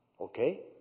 Okay